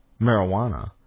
marijuana